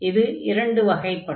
இது இரண்டு வகைப்படும்